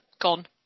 Gone